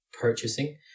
purchasing